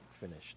finished